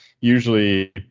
usually